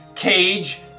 cage